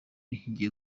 igiye